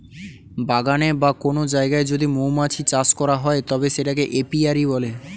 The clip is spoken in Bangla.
বাগানে বা কোন জায়গায় যদি মৌমাছি চাষ করা হয় তবে সেটাকে এপিয়ারী বলে